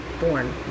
born